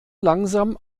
langsam